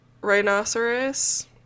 Rhinoceros